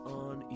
on